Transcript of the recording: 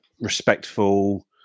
respectful